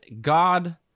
God